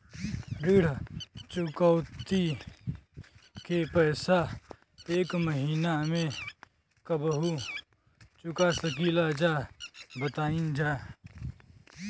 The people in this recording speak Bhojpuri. ऋण चुकौती के पैसा एक महिना मे कबहू चुका सकीला जा बताईन जा?